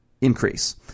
increase